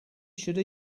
should